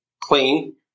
clean